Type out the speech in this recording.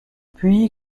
puis